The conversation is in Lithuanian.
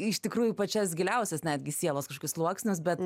iš tikrųjų pačias giliausias netgi sielos kažkokius sluoksnius bet